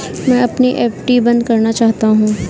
मैं अपनी एफ.डी बंद करना चाहता हूँ